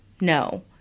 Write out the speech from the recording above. No